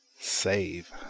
save